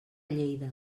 lleida